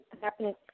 happening